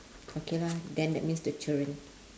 okay lah then that means the children